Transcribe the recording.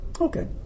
Okay